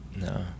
no